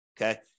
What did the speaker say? okay